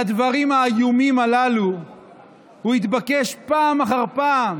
מהדברים האיומים הללו הוא התבקש פעם אחר פעם